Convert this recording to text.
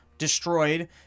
destroyed